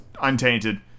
untainted